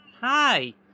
Hi